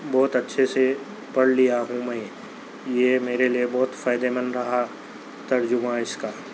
بہت اچھے سے پڑھ لیا ہوں میں یہ میرے لیے بہت فائدے مند رہا ترجمہ اِس کا